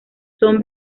son